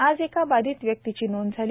आज एका बाधित व्यक्तीची नोंद झाली